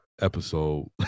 episode